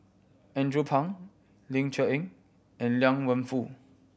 Andrew Phang Ling Cher Eng and Liang Wenfu